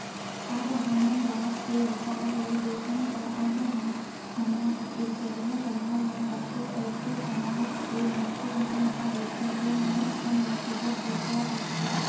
अब हमन जात के हिसाब ले देखन त अब हमर छत्तीसगढ़िया समाज म कतको अइसे समाज के मनखे मन ह रहिथे जेन ह अपन जातिगत बेवसाय करथे